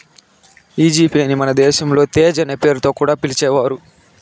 ఈ G Pay ని మన దేశంలో తేజ్ అనే పేరుతో కూడా పిలిచేవారు